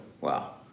Wow